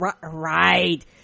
Right